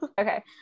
okay